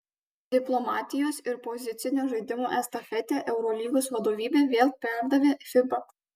diplomatijos ir pozicinio žaidimo estafetę eurolygos vadovybė vėl perdavė fiba